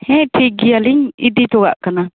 ᱦᱮᱸ ᱴᱷᱤᱠᱜᱮᱭᱟᱞᱤᱧ ᱤᱫᱤ ᱚᱴᱚᱠᱟᱜ ᱠᱟᱱᱟ